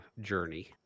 journey